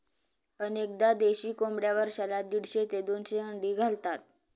अनेकदा देशी कोंबड्या वर्षाला दीडशे ते दोनशे अंडी घालतात